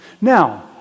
Now